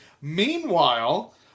Meanwhile